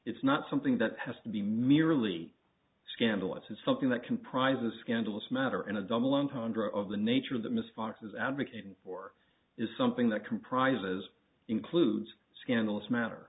it's not something that has to be merely scandalous is something that comprise a scandalous matter in a double entendre of the nature of the miss fox is advocating for is something that comprises includes scandalous matter